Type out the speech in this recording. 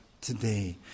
today